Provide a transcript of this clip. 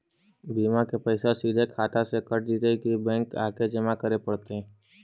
बिमा के पैसा सिधे खाता से कट जितै कि बैंक आके जमा करे पड़तै?